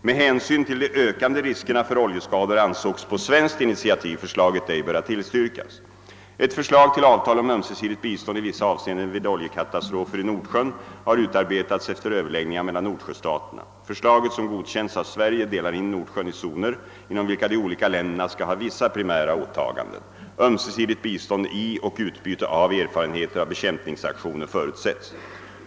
Med hänsyn till de ökande riskerna för oljeskador ansågs på svenskt initiativ förslaget ej böra tillstyrkas. Ett förslag till avtal om ömsesidigt bistånd i vissa avseenden vid oljekatastrofer i Nordsjön har utarbetats efter överläggningar mellan Nordsjöstaterna. Förslaget, som godkänts av Sverige, delar in Nordsjön i zoner, inom vilka de olika länderna skall ha vissa primära åtaganden. Ömsesidigt bistånd i och utbyte av erfarenheter av bekämpningsaktioner förutsätts.